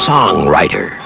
Songwriter